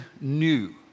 new